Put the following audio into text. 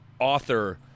author